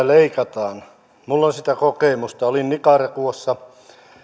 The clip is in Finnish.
leikataan minulla on siitä kokemusta olin nicaraguassa